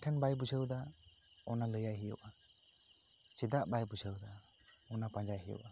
ᱚᱠᱟ ᱴᱷᱮᱱ ᱵᱟᱭ ᱵᱩᱡᱷᱟᱹᱣ ᱮᱫᱟ ᱚᱱᱟ ᱞᱟᱹᱭᱟᱭ ᱦᱩᱭᱩᱜᱼᱟ ᱪᱮᱫᱟᱜ ᱵᱟᱭ ᱵᱩᱡᱷᱟᱹᱣ ᱮᱫᱟ ᱚᱱᱟ ᱯᱟᱸᱡᱟᱭ ᱦᱩᱭᱩᱜᱼᱟ